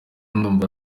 ndumva